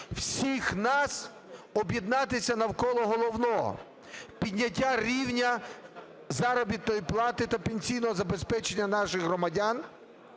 всіх нас об'єднатися навколо головного – підняття рівня заробітної плати та пенсійного забезпечення наших громадян,